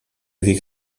avait